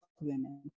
women